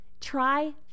Try